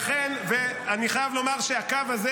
לכן אני חייב לומר שהקו הזה,